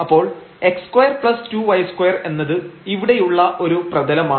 അപ്പോൾ x22y2 എന്നത് ഇവിടെയുള്ള ഒരു പ്രതലമാണ്